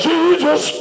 Jesus